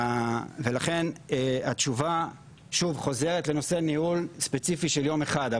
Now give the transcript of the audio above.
ולכן התשובה שוב חוזרת לנושא ניהול ספציפי של יום אחד.